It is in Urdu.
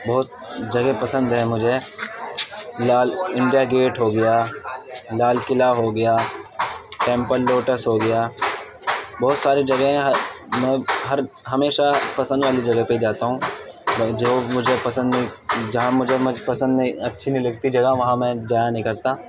بہتس جگہ پسند ہے مجھے لال انڈیا گیٹ ہو گیا لال قلعہ ہو گیا ٹیمپل لوٹس ہو گیا بہت ساری جگہیں ہیں میں ہر ہمیشہ پسند والی جگہ پہ ہی جاتا ہوں جو مجھے پسند نہیں جہاں مجھے پسند نہیں اچھی نہیں لگتی جگہ وہاں میں جایا نہیں کرتا